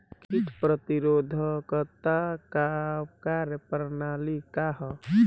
कीट प्रतिरोधकता क कार्य प्रणाली का ह?